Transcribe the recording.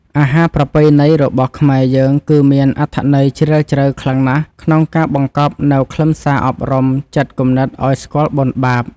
អាហារប្រពៃណីរបស់ខ្មែរយើងគឺមានអត្ថន័យជ្រាលជ្រៅខ្លាំងណាស់ក្នុងការបង្កប់នូវខ្លឹមសារអប់រំចិត្តគំនិតឱ្យស្គាល់បុណ្យបាប។